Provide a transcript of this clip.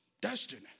Destiny